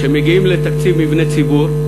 שכשמגיעים לתקציב מבני ציבור,